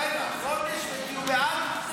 רגע, חודש לט"ו באב?